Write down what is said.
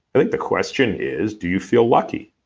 i think the question is do you feel lucky?